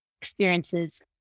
experiences